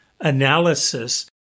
analysis